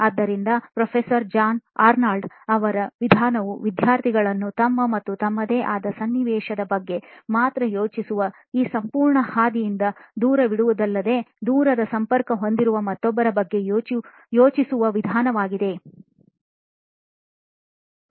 ಆದ್ದರಿಂದ professor John Arnold ಅವರ ವಿಧಾನವು ವಿದ್ಯಾರ್ಥಿಗಳನ್ನು ತಮ್ಮ ಮತ್ತು ತಮ್ಮದೇ ಆದ ಸನ್ನಿವೇಶದ ಬಗ್ಗೆ ಮಾತ್ರ ಯೋಚಿಸುವ ಈ ಸಂಪೂರ್ಣ ಹಾದಿಯಿಂದ ದೂರವಿಡುವುದಲ್ಲದೆ ದೂರದ ಸಂಪರ್ಕ ಹೊಂದಿರುವ ಮತ್ತೊಬ್ಬರ ಬಗ್ಗೆ ಯೋಚಿಸುವ ವಿಧಾನವಾಗಿದೆ